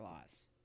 laws